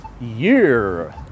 year